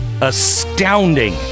astounding